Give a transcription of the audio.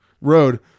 road